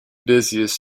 busiest